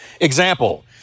Example